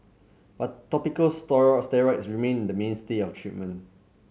but topical steroid remain the mainstay of treatment